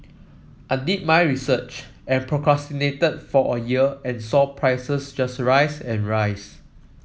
I did my research and procrastinated for a year and saw prices just rise and rise